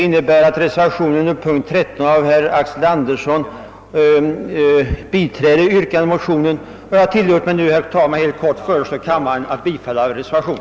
I reservationen 4a av herr Axel Andersson m.fl. tillstyrks motionärernas yrkande. Jag tillåter mig, herr talman, att helt kort föreslå kammaren att bifalla denna reservation.